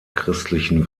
christlichen